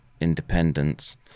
independence